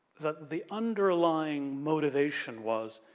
the the underlying motivation was